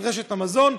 של רשת המזון,